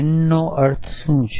N નો અર્થ શું છે